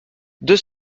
deux